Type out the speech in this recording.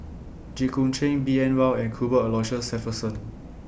Jit Koon Ch'ng B N Rao and Cuthbert Aloysius Shepherdson